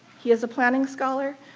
he is a planning scholar,